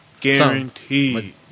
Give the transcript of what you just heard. Guaranteed